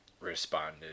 responded